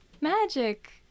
magic